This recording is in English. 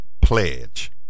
pledge